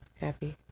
happy